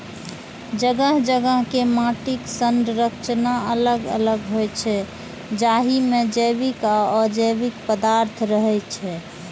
जगह जगह के माटिक संरचना अलग अलग होइ छै, जाहि मे जैविक आ अजैविक पदार्थ रहै छै